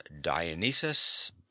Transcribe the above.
Dionysus